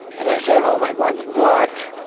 and i said, oh, my god. god